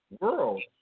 world